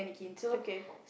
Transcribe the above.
okay